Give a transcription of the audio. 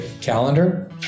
calendar